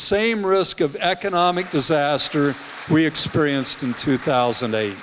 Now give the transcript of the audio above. same risk of economic disaster we experienced in two thousand